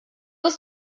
ist